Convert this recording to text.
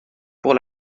pour